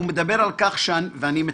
ואני מצטט: